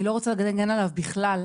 אני לא רוצה להגן עליו בכלל.